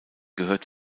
gehört